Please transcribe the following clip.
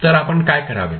तर आपण काय करावे